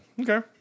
Okay